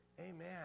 Amen